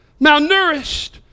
malnourished